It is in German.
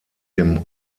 dem